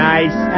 Nice